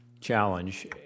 challenge